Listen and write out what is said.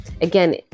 again